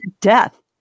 death